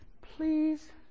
Please